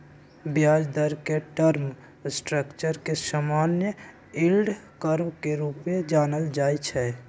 ब्याज दर के टर्म स्ट्रक्चर के समान्य यील्ड कर्व के रूपे जानल जाइ छै